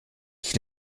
nicht